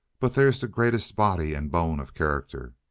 but there's the greatest body and bone of character.